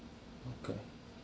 okay